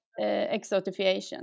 exotification